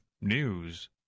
News